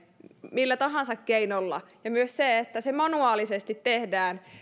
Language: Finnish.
millä tahansa keinolla ja kun se manuaalisesti tehdään